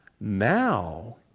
now